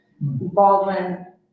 Baldwin